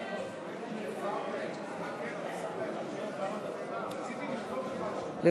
התשע"ה 2015,